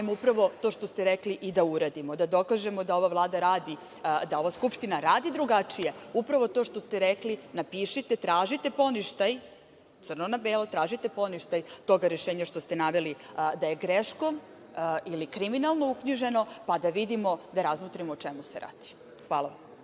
upravo to što ste rekli i da uradimo. Da dokažemo da ova Vlada radi, da Skupština radi drugačije, upravo to što ste rekli napišite, tražite poništaj, crno na belo, tražite poništaj tog rešenja što ste naveli da je greškom ili kriminalno uknjiženo, pa da vidimo, da razmotrimo o čemu se radi. Hvala.